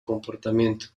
comportamiento